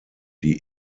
die